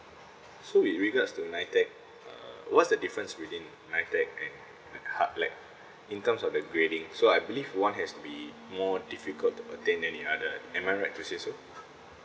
so with regards to NITEC uh what's the difference between NITEC and ha~ like in terms of the grading so I believe one has to be more difficult uh than any other am I right to say so